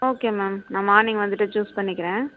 okay ma'am நான் morning வந்துட்டு choose பண்ணிக்கிறேன்